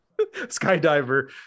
skydiver